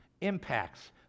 impacts